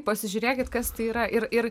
pasižiūrėkit kas tai yra ir ir